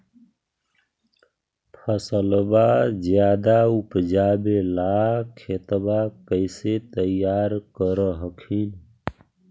फसलबा ज्यादा उपजाबे ला खेतबा कैसे तैयार कर हखिन?